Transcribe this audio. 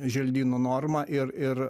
želdynų normą ir ir